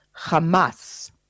Hamas